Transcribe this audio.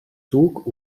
zug